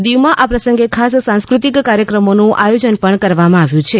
દીવમાં આ પ્રસંગે ખાસ સાંસ્કૃતિક કાર્યક્રમોનું આયોજન પણ કરવામાં આવ્યું છે